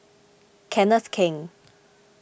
Kenneth Keng